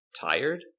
Tired